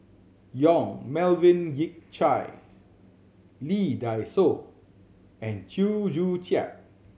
Yong Melvin Yik Chye Lee Dai Soh and Chew Joo Chiat